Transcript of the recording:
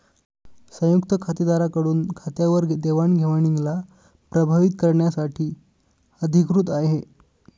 संयुक्त खातेदारा कडून खात्यावर देवाणघेवणीला प्रभावीत करण्यासाठी अधिकृत आहे